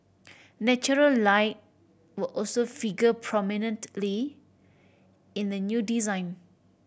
natural light will also figure prominently in the new design